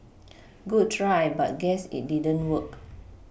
good try but guess it didn't work